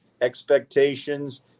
expectations